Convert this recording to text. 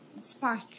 spark